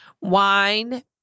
wine